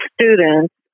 students